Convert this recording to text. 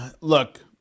look